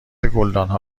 گلدانها